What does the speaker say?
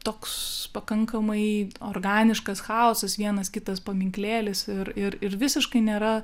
toks pakankamai organiškas chaosas vienas kitas paminklėlis ir ir ir visiškai nėra